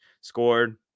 Scored